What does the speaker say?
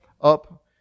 up